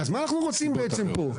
אז מה אנחנו רוצים פה בעצם?